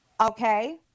Okay